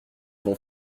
vont